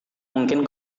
mungkin